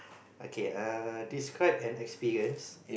okay err describe an experience